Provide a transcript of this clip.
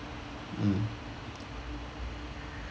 mm